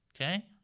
Okay